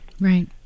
Right